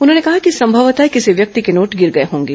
उन्होंने कहा कि संभवतः किसी व्यक्ति के नोट गिर गए होंगें